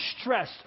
stress